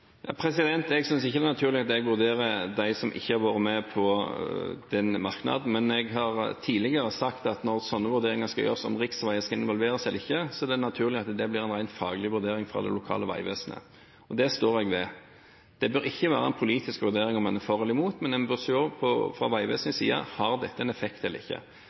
ikke har vært med på den merknaden, men jeg har tidligere sagt at når sånne vurderinger skal gjøres, om riksveier skal involveres eller ikke, er det naturlig at det blir en rent faglig vurdering fra det lokale veivesenet. Og det står jeg ved. Det bør ikke være en politisk vurdering om en er for eller imot, men en bør se på det fra Vegvesenets side: Har dette en effekt eller ikke?